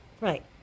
right